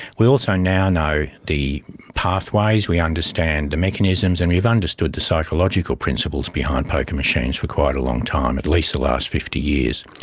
we also now know the pathways, we understand the mechanisms and we've understood the psychological principles behind poker machines for quite a long time, at least the last fifty years.